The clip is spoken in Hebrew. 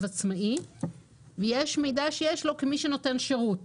עצמאי ויש מידע שיש לו כמי שנותן שירות,